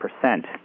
percent